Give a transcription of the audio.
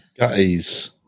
gutties